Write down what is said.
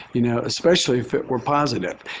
you know, especially if it were positive.